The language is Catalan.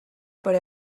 per